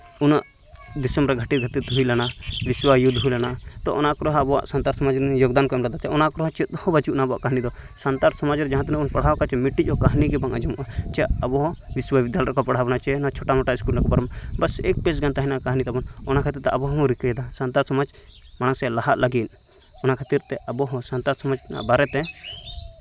ᱩᱱᱟᱹᱜ ᱫᱤᱥᱟᱹᱢ ᱨᱮ ᱜᱷᱟᱴᱤ ᱜᱷᱟᱴᱤ ᱛᱮ ᱦᱩᱭ ᱞᱮᱱᱟ ᱵᱤᱥᱣᱚᱡᱩᱫᱷ ᱦᱩᱭ ᱞᱮᱱᱟ ᱛᱚ ᱚᱱᱟ ᱠᱚᱨᱮ ᱦᱚᱸ ᱟᱵᱚᱣᱟᱜ ᱥᱟᱱᱛᱟᱲ ᱥᱚᱢᱟᱡᱽ ᱨᱮᱱ ᱭᱳᱜᱽᱫᱟᱱ ᱠᱚ ᱮᱢ ᱞᱮᱫᱟ ᱱᱚᱣᱟ ᱠᱚ ᱪᱮᱫᱦᱚᱸ ᱵᱟᱪᱩᱜ ᱟᱱᱟ ᱟᱵᱚᱣᱟᱜ ᱠᱟᱸᱦᱱᱤ ᱠᱚᱨᱮ ᱫᱚ ᱥᱟᱱᱛᱟᱲ ᱥᱚᱢᱟᱡᱽ ᱨᱮᱱ ᱡᱟᱦᱟᱸ ᱛᱤᱱᱟᱹᱜ ᱵᱚᱱ ᱯᱟᱲᱦᱟᱣ ᱟᱠᱟ ᱪᱚ ᱢᱤᱫᱴᱟᱝ ᱠᱟᱸᱦᱱᱤ ᱦᱚᱸ ᱵᱟᱝ ᱟᱸᱧᱡᱚᱢᱚᱜᱼᱟ ᱪᱮ ᱟᱵᱚ ᱦᱚᱸ ᱵᱤᱥᱣᱚᱥᱚᱵᱤᱫᱟᱞᱚᱭ ᱨᱮᱠᱚ ᱯᱟᱲᱦᱟᱣ ᱵᱚᱱᱟ ᱪᱮ ᱪᱷᱚᱴᱟ ᱢᱚᱴᱟ ᱤᱥᱠᱩᱞ ᱯᱟᱨᱚᱢᱟ ᱵᱟᱥ ᱮᱠ ᱯᱮᱡ ᱜᱟᱱ ᱛᱟᱸᱦᱮᱱᱟ ᱠᱟᱸᱦᱱᱤ ᱛᱟᱵᱚᱱ ᱚᱱᱟ ᱠᱷᱟᱛᱤᱨ ᱛᱮ ᱟᱵᱚ ᱦᱚᱸ ᱵᱚᱱ ᱨᱤᱠᱟᱹ ᱮᱫᱟ ᱥᱟᱱᱛᱟᱲ ᱥᱚᱢᱟᱡᱽ ᱢᱟᱲᱟᱝ ᱥᱮᱫ ᱞᱟᱦᱟᱜ ᱞᱟᱜᱤᱫ ᱚᱱᱟ ᱠᱷᱟᱛᱤᱨ ᱛᱮ ᱟᱵᱚ ᱦᱚᱸ ᱥᱟᱱᱛᱟᱲ ᱥᱚᱢᱟᱡᱽ ᱨᱮᱱᱟᱜ ᱵᱟᱨᱮᱛᱮ